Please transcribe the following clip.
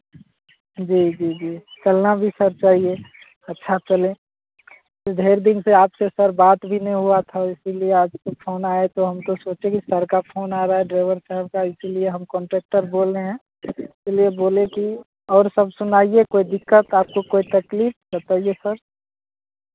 जी जी जी चलना भी सर चाहिए अच्छा चले ढेर दिन पे आपसे सर बात भी नहीं हुआ था इसीलिए आज फोन आया तो हम तो सोचे कि सर का फोन आ रहा है ड्राइवर साहब का इसीलिए हम कॉन्ट्रेक्टर बोल रहे हैं इसीलिए बोले कि और सब सुनाइए कोइ दिक्कत आपको कोई तकलीफ बताइए सर